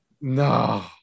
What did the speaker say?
no